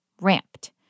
Ramped